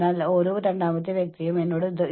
അത് എനിക്ക് തലവേദന നൽകാം